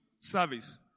service